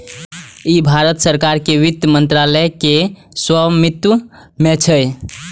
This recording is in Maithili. ई भारत सरकार के वित्त मंत्रालय के स्वामित्व मे छै